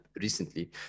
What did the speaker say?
recently